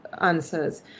answers